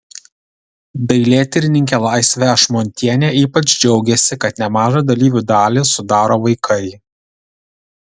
dailėtyrininkė laisvė ašmontienė ypač džiaugėsi kad nemažą dalyvių dalį sudaro vaikai